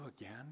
again